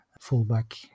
fullback